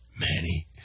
Manny